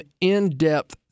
in-depth